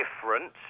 different